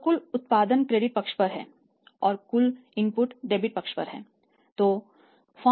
तो कुल उत्पादन क्रेडिट पक्ष पर है और कुल इनपुट डेबिट पक्ष पर है